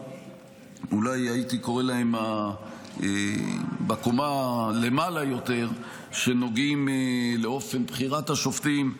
שאולי הייתי קורא להם "קומה למעלה יותר" שנוגעים לאופן בחירת השופטים,